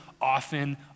often